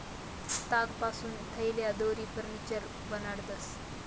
तागपासून थैल्या, दोरी, फर्निचर बनाडतंस